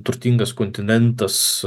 turtingas kontinentas